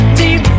deep